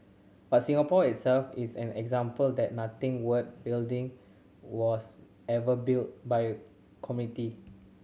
but Singapore itself is an example that nothing worth building was ever built by a committee